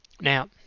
Now